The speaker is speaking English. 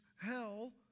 hell